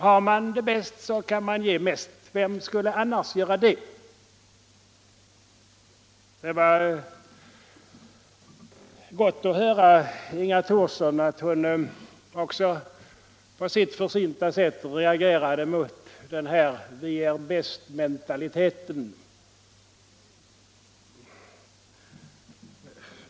Har man det bäst, kan man ge mest. Vem skulle annars göra det? Det var gott att höra att också Inga Thorsson på sitt försynta sätt reagerade mot vi-är-bäst-mentaliteten.